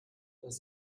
das